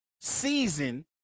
season